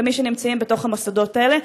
במי שנמצאים בתוך המוסדות האלה.